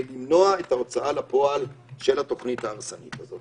למנוע את ההוצאה לפועל של התוכנית ההרסנית הזאת.